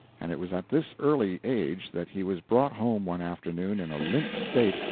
and it was at this early age that he was brought home one afternoon in a limp state,